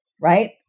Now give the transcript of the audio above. right